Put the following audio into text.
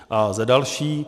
A za další.